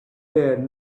there